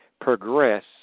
progress